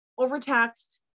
overtaxed